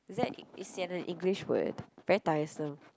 is that is sian an English word very tiresome